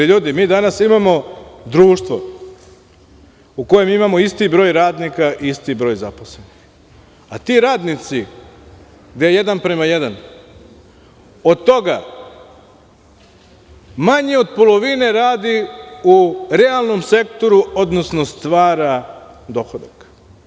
Mi danas imamo društvo u kojem imamo isti broj radnika i isti broj zaposlenih, a ti radnici gde je 1:1, od toga manje od polovine radi u realnom sektoru, odnosno stvara dohodak.